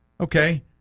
Okay